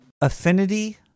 Affinity